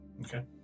Okay